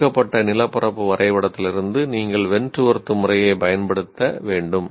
கொடுக்கப்பட்ட நிலப்பரப்பு வரைபடத்திலிருந்து நீங்கள் வென்ட்வொர்த் முறையைப் பயன்படுத்த வேண்டும்